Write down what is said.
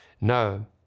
No